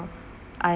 I